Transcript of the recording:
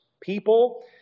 people